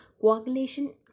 coagulation